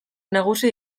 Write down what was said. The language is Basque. nagusi